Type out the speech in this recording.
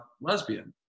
lesbian